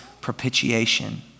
propitiation